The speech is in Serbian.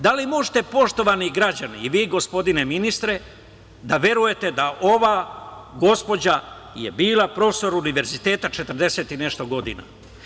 Da li možete, poštovani građani i vi gospodine ministre da verujete da ova gospođa je bila profesor univerziteta četrdeset i nešto godina.